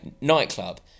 Nightclub